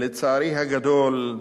לצערי הגדול,